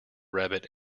rabbit